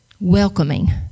Welcoming